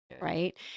Right